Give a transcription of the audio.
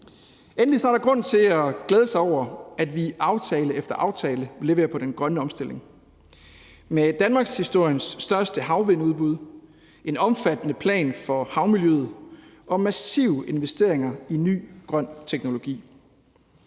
Endelig er der grund til at glæde sig over, at vi i aftale efter aftale leverer på den grønne omstilling med danmarkshistoriens største udbud af havvindmøller, en omfattende plan for havmiljøet og massive investeringer i ny grøn teknologi.